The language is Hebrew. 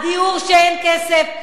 הדיור, שאין כסף,